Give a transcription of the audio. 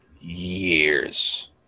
Years